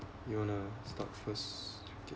you wanna start first okay